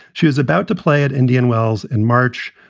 she was about to play at indian wells in march.